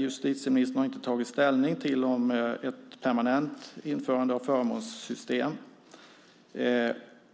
Justitieministern har inte tagit ställning till ett permanent införande av förmånssystem,